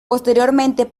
posteriormente